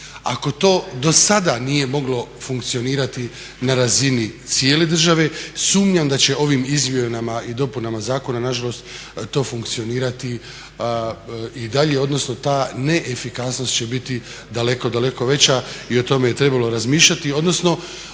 Ako to do sada nije moglo funkcionirati na razini cijele države sumnjam da će ovim izmjenama i dopunama Zakona na žalost to funkcionirati i dalje, odnosno ta neefikasnost će biti daleko, daleko veća i o tome je trebalo razmišljati, odnosno